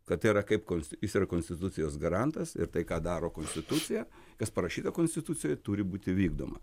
kat tai yra kaip kons jis yra konstitucijos garantas ir tai ką daro konstitucija kas parašyta konstitucijoj turi būti vykdoma